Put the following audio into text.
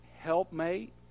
helpmate